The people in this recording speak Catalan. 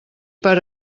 per